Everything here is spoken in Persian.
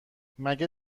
مگه